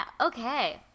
okay